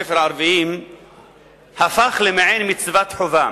בבתי-ספר ערביים הפך למעין מצוות חובה.